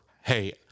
hey